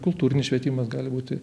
kultūrinis švietimas gali būti